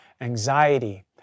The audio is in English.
anxiety